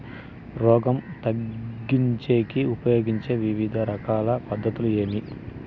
రోగం తగ్గించేకి ఉపయోగించే వివిధ రకాల పద్ధతులు ఏమి?